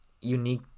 unique